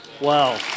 Wow